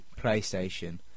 PlayStation